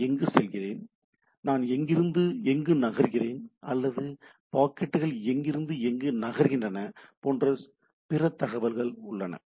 நான் எங்கு செல்கிறேன் நான் எங்கிருந்து எங்கு நகர்கிறேன் அல்லது பாக்கெட்டுகள் எங்கிருந்து எங்கு நகர்கின்றன போன்ற பிற தகவல்கள் உள்ளன